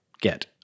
Get